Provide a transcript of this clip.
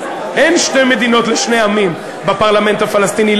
אין "שתי מדינות לשני עמים" בפרלמנט הפלסטיני.